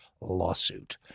lawsuit